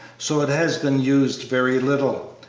so it has been used very little.